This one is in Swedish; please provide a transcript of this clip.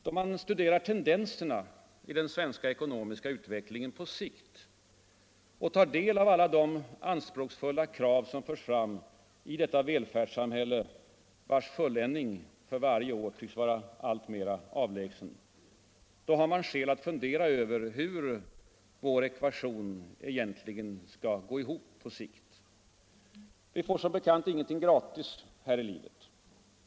Då man studerar tendenserna i den svenska ekonomiska utvecklingen på sikt och tar del av alla de anspråksfulla krav som förs fram i detta välfärdssamhälle, vars fulländning för varje år tycks vara alltmer avlägsen, har man skäl att fundera över hur vår ekvation egentligen skall gå ihop på sikt. Vi får som bekant ingenting gratis här i livet.